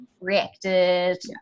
reacted